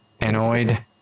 Anoid